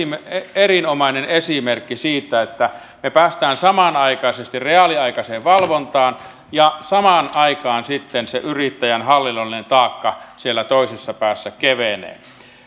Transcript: erinomainen esimerkki siitä että me pääsemme samanaikaisesti reaaliaikaiseen valvontaan ja samaan aikaan sitten sen yrittäjän hallinnollinen taakka siellä toisessa päässä kevenee